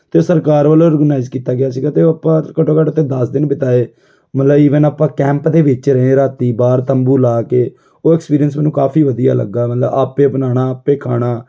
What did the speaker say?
ਅਤੇ ਸਰਕਾਰ ਵੱਲੋਂ ਓਰਗੇਨਾਈਜ਼ ਕੀਤਾ ਗਿਆ ਸੀਗਾ ਅਤੇ ਓਹ ਆਪਾਂ ਘੱਟੋ ਘੱਟ ਇੱਥੇ ਦਸ ਦਿਨ ਬਿਤਾਏ ਮਤਲਬ ਈਵਨ ਆਪਾਂ ਕੈਂਪ ਦੇ ਵਿੱਚ ਰਹੇ ਰਾਤ ਬਾਹਰ ਤੰਬੂ ਲਾ ਕੇ ਉਹ ਐਕਸਪੀਰੀਅੰਸ ਮੈਨੂੰ ਕਾਫ਼ੀ ਵਧੀਆ ਲੱਗਾ ਮਤਲਬ ਆਪੇ ਬਣਾਉਣਾ ਆਪੇ ਖਾਣਾ